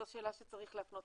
זו שאלה שצריך להפנות